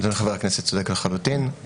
חבר הכנסת צודק לחלוטין.